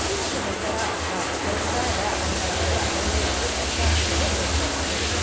ಈ ಒಂದು ದಸರಾ ಹಬ್ಬ ದಸರ ಅಂತಂದರೆ ಅದರಲ್ಲೇ ಇದೆ ದಸ ಅಂದರೆ ಒಂಬತ್ತು